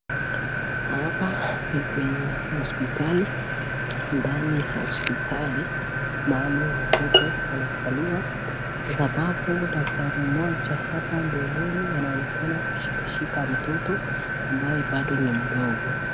Hapa ni kwenye hospitali, ndani ya hospitali, mahali watoto wanazaliwa kwa sababu daktari moja hapa mbeleni anaonekana kushikashika mtoto ambaye bado ni mdogo.